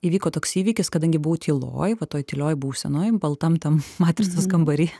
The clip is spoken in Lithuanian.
įvyko toks įvykis kadangi buvau tyloj va toj tylioj būsenoj baltam tam matricos kambary